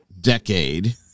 decade